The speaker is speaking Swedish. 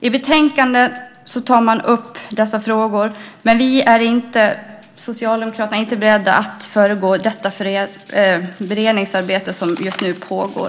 I betänkandet tar man upp de här frågorna, men vi i Socialdemokraterna är inte beredda att föregå det beredningsarbete som just nu pågår.